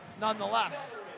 nonetheless